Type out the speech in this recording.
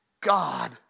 God